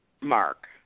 mark